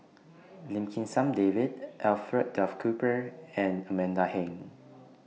Lim Kim San David Alfred Duff Cooper and Amanda Heng